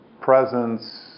presence